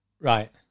Right